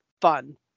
fun